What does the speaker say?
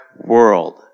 world